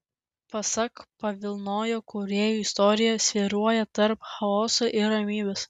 pasak paviljono kūrėjų istorija svyruoja tarp chaoso ir ramybės